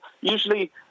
usually